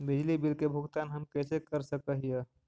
बिजली बिल के भुगतान हम कैसे कर सक हिय?